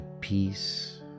peace